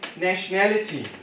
nationality